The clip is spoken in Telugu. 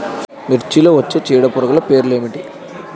మిర్చిలో వచ్చే చీడపురుగులు పేర్లు ఏమిటి?